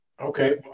Okay